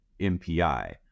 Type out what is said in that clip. MPI